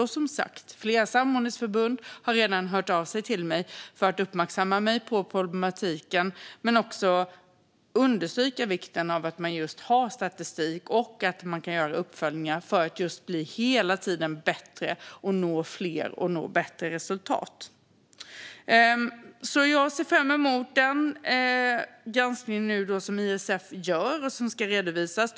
Och, som sagt, flera samordningsförbund har redan hört av sig till mig för att uppmärksamma mig på problematiken men också för att understryka vikten av att man just har statistik och att man kan göra uppföljningar för att hela tiden bli bättre och nå fler och nå bättre resultat. Jag ser fram emot den granskning som ISF gör och som ska redovisas.